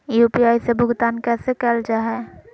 UPI से भुगतान कैसे कैल जहै?